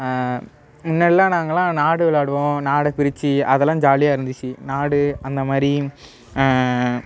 முன்னாடிலாம் நாங்களாம் நாடு விளாடுவோம் நாடை பிரிச்சு அதெலாம் ஜாலியாக இருந்துச்சு நாடு அந்த மாதிரி